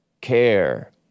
care